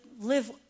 live